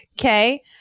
Okay